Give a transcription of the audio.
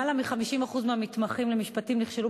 למעלה מ-50% מהמתמחים למשפטים נכשלו